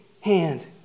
hand